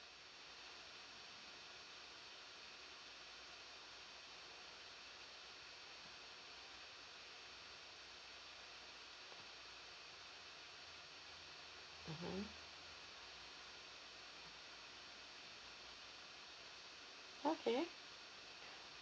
mmhmm okay